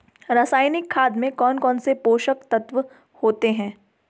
रासायनिक खाद में कौन कौन से पोषक तत्व होते हैं?